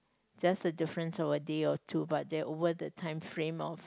just a difference of a day or two but there over the time frame of